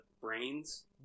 brains